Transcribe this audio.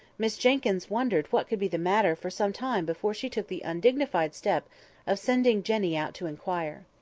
miss jenkyns wondered what could be the matter for some time before she took the undignified step of sending jenny out to inquire.